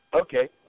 Okay